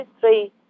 three